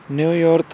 New York